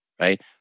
right